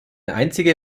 einzige